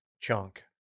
chunk